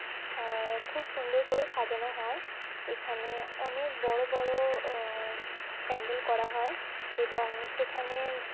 খুব সুন্দর করে সাজানো হয় এখানে অনেক বড়ো বড়ো প্যান্ডেল করা হয় এবং সেখানে